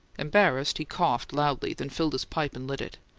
embarrassed, he coughed loudly, then filled his pipe and lit it.